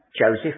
Joseph